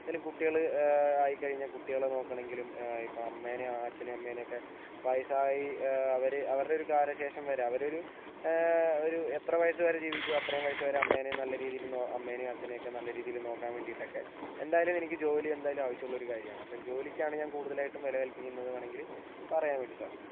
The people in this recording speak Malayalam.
എന്തായാലും കുട്ടികൾ ആയിക്കഴിഞ്ഞാൽ കുട്ടികളെ നോക്കണെങ്കിലും ഇപ്പോൾ അമ്മേനെയോ അച്ഛനെ അമ്മേനെ ഒക്കെ വയസായി അവരെ അവരുടെ ഒരു കാലശേഷം വരെ അവരൊരു ഒരു എത്ര വയസ്സ് വരെ ജീവിക്കോ അത്രയും വയസ്സ് വരെ അമ്മേനേം നല്ല രീതീൽ നോ അമ്മേനേം അച്ഛനേക്ക നല്ല രീതീൽ നോക്കാൻ വേണ്ടിട്ടൊക്കെ എന്തായാലും എനിക്ക് ജോലി എന്തായാലും ആവശ്യമൊള്ളൊരു കാര്യമാണ് അപ്പോൾ ജോലിക്കാണ് ഞാൻ കൂടുതലായിട്ടും വില കല്പിക്കുന്നത് വേണമെങ്കിൽ പറയാൻ വേണ്ടി സാധിക്കും